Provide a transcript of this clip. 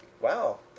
Wow